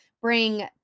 bring